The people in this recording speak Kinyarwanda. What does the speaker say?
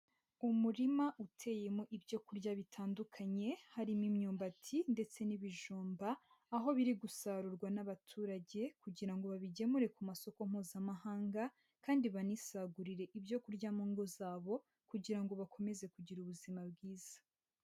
Umurima uteyemo ibyo kurya bitandukanye, harimo imyumbati ndetse n'ibijumba, aho biri gusarurwa n'abaturage kugira ngo babigemure ku masoko Mpuzamahanga kandi banisagurire ibyo kurya mu ngo zabo kugira ngo bakomeze kugira ubuzima bwiza.